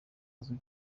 azwi